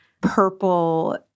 purple